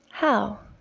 how!